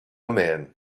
man